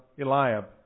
Eliab